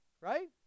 right